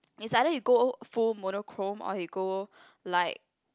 is either you go full monochrome or you go like